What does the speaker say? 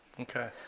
Okay